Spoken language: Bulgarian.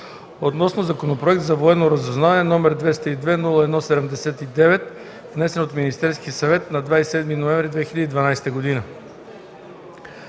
относно Законопроект за военното разузнаване, № 202-01-79, внесен от Министерския съвет на 27 ноември 2012 г.